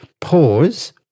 pause